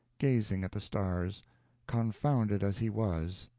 gazing at the stars confounded as he was,